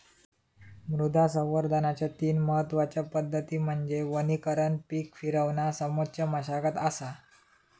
मृदा संवर्धनाच्या तीन महत्वच्या पद्धती म्हणजे वनीकरण पीक फिरवणा समोच्च मशागत असा